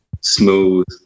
smooth